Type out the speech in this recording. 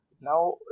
now